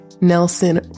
Nelson